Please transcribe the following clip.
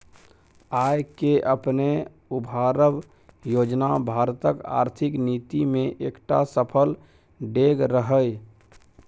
आय केँ अपने उघारब योजना भारतक आर्थिक नीति मे एकटा सफल डेग रहय